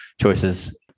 choices